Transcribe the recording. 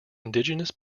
indigenous